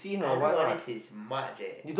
I know about this sine March eh